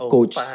Coach